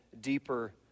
deeper